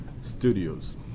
studios